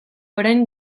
orain